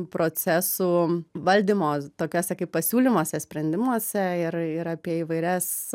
procesų valdymo tokiuose kaip pasiūlymuose sprendimuose ir ir apie įvairias